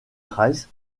rice